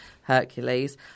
Hercules